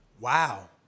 Wow